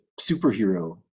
superhero